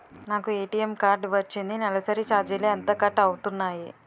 నాకు ATM card వచ్చింది నెలసరి ఛార్జీలు ఎంత కట్ అవ్తున్నాయి?